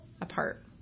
apart